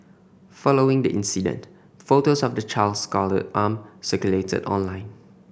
following the incident photos of the child's scalded arm circulated online